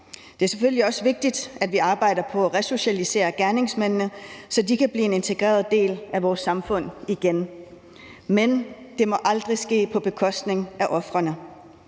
Det er selvfølgelig også vigtigt, at vi arbejder på at resocialisere gerningsmændene, så de kan blive en integreret del af vores samfund igen, men det må aldrig ske på bekostning af ofrene.